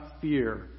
fear